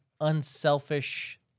unselfish